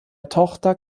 tochter